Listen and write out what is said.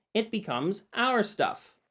it becomes our stuff.